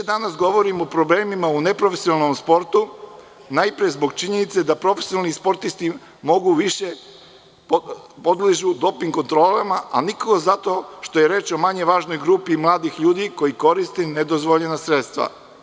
Danas više govorimo o problemima u neprofesionalnom sportu, najpre zbog činjenice da profesionalni sportisti podležu doping kontrola, a ne zato što je reč o manje važnoj grupi mladih ljudi koji koriste nedozvoljena sredstva.